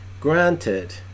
granted